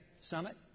summit